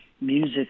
music